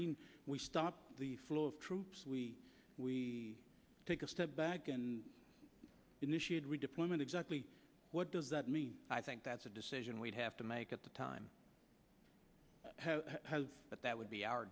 mean we stop the flow of troops we we take a step back and initiate redeployment exactly what does that mean i think that's a decision we'd have to make at the time but that would be our